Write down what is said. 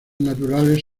naturales